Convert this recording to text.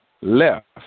left